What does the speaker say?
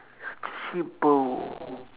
it's cheapo